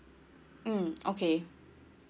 mm okay